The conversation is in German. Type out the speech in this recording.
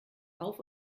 auf